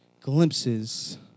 glimpses